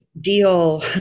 deal